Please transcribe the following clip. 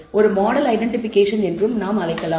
ஒரு model identification என்றும் நாம் அழைக்கலாம்